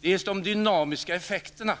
Det gäller bl.a. de dynamiska effekterna.